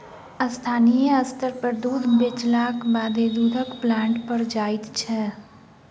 स्थानीय स्तर पर दूध बेचलाक बादे दूधक प्लांट पर जाइत छै